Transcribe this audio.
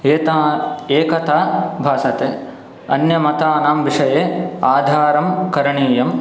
एता एकता भासते अन्यमतानां विषये अधारं करणीयम्